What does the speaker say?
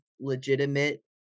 legitimate